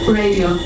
radio